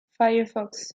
firefox